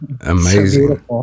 amazing